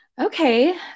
Okay